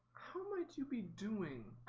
how might you be doing